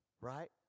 right